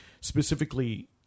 specifically